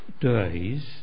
days